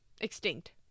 extinct